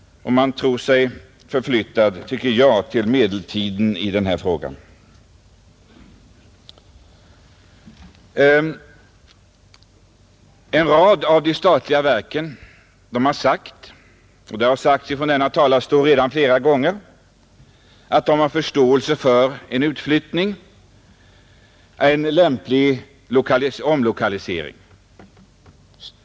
Man tycker sig förflyttad till medeltiden. En rad statliga verk har uttalat — det har redan flera gånger sagts från denna talarstol — att de har förståelse för en lämplig omlokalisering.